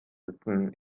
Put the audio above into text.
bücken